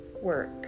work